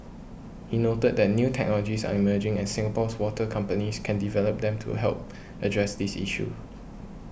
he noted that new technologies are emerging and Singapore's water companies can develop them to help address these issues